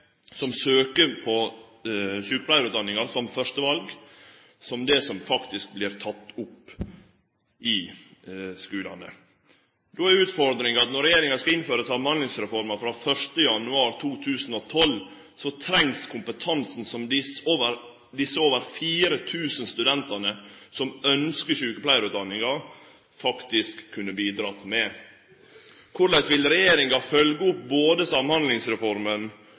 som søkjer på sjukepleiarutdanninga som førsteval, som dei som faktisk vert tekne opp i skulane. Då er utfordringa: Når regjeringa skal innføre Samhandlingsreforma frå 1. januar 2012, trengst kompetansen som dei over 4 000 studentane som ønskjer sjukepleiarutdanning, faktisk kunne ha bidrege med. Korleis vil regjeringa følgje opp både Samhandlingsreforma